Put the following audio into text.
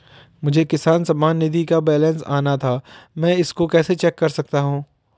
मेरा किसान सम्मान निधि का बैलेंस आना था मैं इसको कैसे चेक कर सकता हूँ?